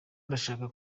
ndashaka